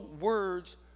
words